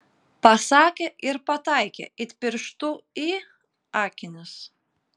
pasakė ir pataikė it pirštu į akinius